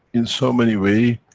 in so many way,